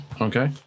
Okay